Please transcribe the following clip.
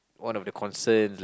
one of the concerns